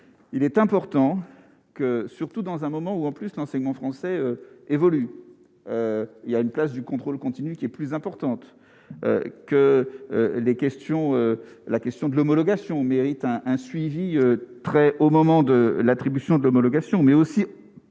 Il est important que, surtout dans un moment où, en plus, l'enseignement français évolue, il y a une place du contrôle continu, qui est plus importante que les questions, la question de l'homologation mérite un un suivi très au moment de l'attribution de l'homologation mais aussi